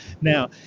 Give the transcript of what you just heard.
now